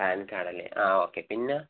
pan കാഡല്ലെ ആ okay പിന്നെ